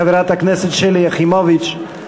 חברת הכנסת שלי יחימוביץ,